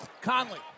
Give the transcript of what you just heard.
Conley